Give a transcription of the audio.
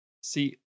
See